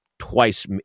twice